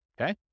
Okay